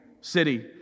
city